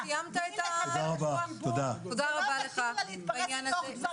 בזה הסתיים הדיון הספציפי הזה.